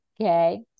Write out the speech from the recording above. Okay